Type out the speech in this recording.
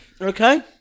Okay